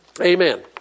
Amen